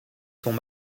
sont